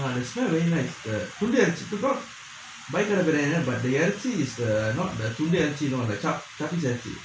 ah the smell very nice துன்டு இறைச்சி இருக்கு:tundu irachhi irukku bhai கட:kada biryani தா:thaa but the இறைச்சி:irachchi is the not the துன்டு இறைச்சி:tundu irachchi you know like சப்ப இறைச்சி:sappa irachchi